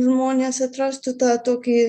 žmonės atrastų tą tokį